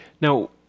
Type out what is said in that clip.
Now